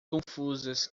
confusas